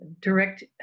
direct